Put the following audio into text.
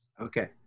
Okay